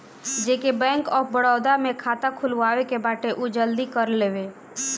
जेके bank of Baroda में खाता खुलवाए के बाटे उ जल्दी कर लेवे